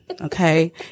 Okay